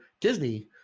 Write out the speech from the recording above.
Disney